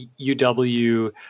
UW